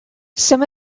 some